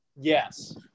yes